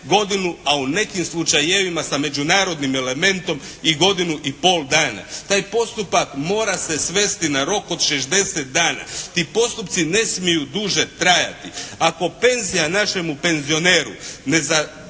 godinu, a u nekim slučajevima sa međunarodnim elementom i godinu i pol dana. Taj postupak mora se svesti na rok od 60 dana. Ti postupci ne smiju duže trajati. Ako penzija našemu penzioneru ne može